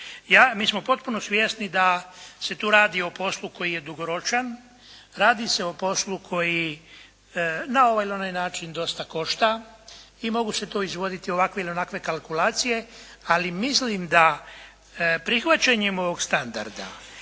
Mi smo potpuno svjesni da se tu radi o poslu koji je dugoročan, radi se o poslu koji na ovaj ili onaj način dosta košta i mogu se tu izvoditi ovakve ili onakve kalkulacije, ali mislim da prihvaćanjem ovog standarda